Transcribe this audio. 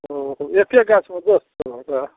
ओ एके गाछमे दस तरहके